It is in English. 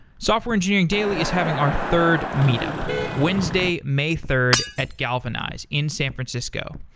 software engineering daily is having our third meet up wednesday, may third at galvanize in san francisco.